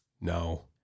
No